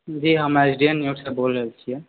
जी हाँ हम S D N न्यूजसँ बोल रहल छिऐ